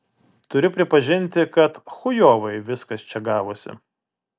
turiu pripažinti kad chujovai viskas čia gavosi